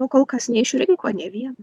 nu kol kas neišrinko nė vieno